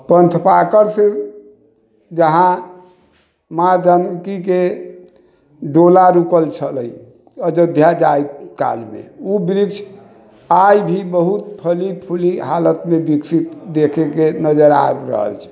पन्थ पाकड़सँ जहाँ माँ जानकीके डोला रुकल छलै अयोध्या जाइ कालमे ओ वृक्ष आज भी बहुत फली फूली हालतमे विकसित देखैक नजरि आबि रहल छै